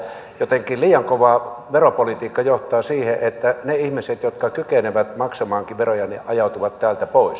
jotenkin liian kova veropolitiikka johtaa siihen että ne ihmiset jotka kykenevät maksamaan veroja ajautuvat täältä pois